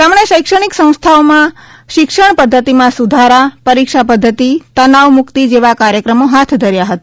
તેમણે શૈક્ષણિક સંસ્થાઓમાં તેમણે શિક્ષણ પદ્ધતિમાં સુધારા પરીક્ષા પદ્ધતિ તનાવ મુક્તિ જેવા કાર્યક્રમો હાથ ધર્યા હતા